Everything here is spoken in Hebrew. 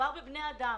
מדובר בבני אדם,